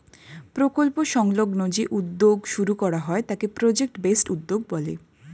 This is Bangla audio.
প্রকল্প সংলগ্ন যে উদ্যোগ শুরু করা হয় তাকে প্রজেক্ট বেসড উদ্যোগ বলে